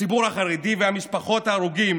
הציבור החרדי ומשפחות ההרוגים